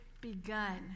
begun